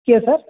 କିଏ ସାର୍